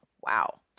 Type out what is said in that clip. Wow